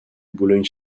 boulogne